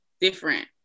different